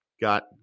got